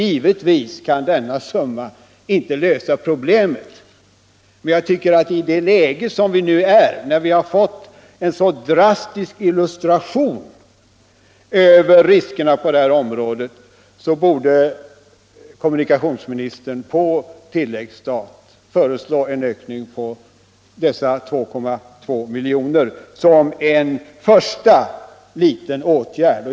Givetvis kan dessa pengar inte lösa problemet, men i det läge vi nu är, när vi har fått en så drastisk illustration till - Nr 48 riskerna på det här området, menar jag att kommunikationsministern Torsdagen den på tilläggsstat borde föreslå en ökning på dessa 2,2 milj.kr. som en 3 april 1975 första liten åtgärd.